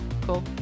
Cool